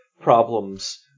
problems